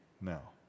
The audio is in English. now